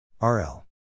RL